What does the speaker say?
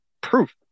proof